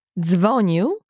dzwonił